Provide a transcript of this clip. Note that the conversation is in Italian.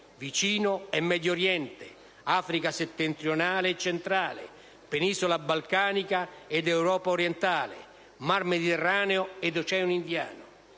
(Vicino e Medio Oriente, Africa settentrionale e centrale, penisola balcanica ed Europa orientale, Mar Mediterraneo e Oceano Indiano);